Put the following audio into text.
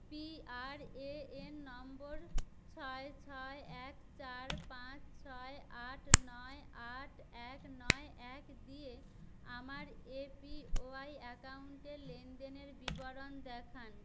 P R A N number ছয় ছয় এক চার পাঁচ ছয় আট নয় আট এক নয় এক দিয়ে আমার এ পি ওয়াই অ্যাকাউন্টের লেনদেনের বিবরণ দেখান